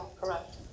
correct